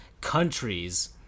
countries